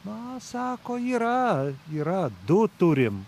na sako yra yra du turim